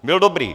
Byl dobrý.